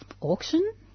auction